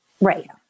right